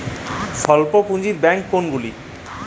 স্বল্প পুজিঁর ব্যাঙ্ক কোনগুলি?